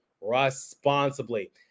responsibly